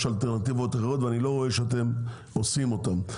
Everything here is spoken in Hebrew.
אלטרנטיבות אחרות ואני לא רואה שאתם עושים אותם.